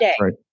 Right